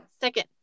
Second